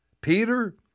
Peter